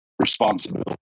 Responsibility